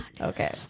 okay